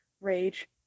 rage